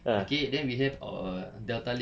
okay then we have our delta league